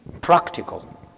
Practical